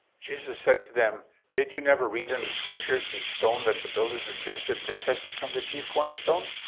jesus said to them did you never read in the scriptures, the stone that the builders rejected, this has become the chief cornerstone.